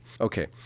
Okay